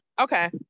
okay